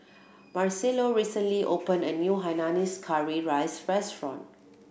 Marcello recently open a new hainanese curry rice restaurant